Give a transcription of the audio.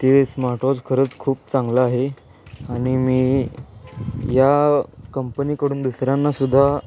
ते स्मार्टवॉच खरंच खूप चांगलं आहे आणि मी या कंपनीकडून दुसऱ्यांनासुद्धा